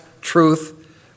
truth